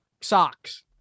socks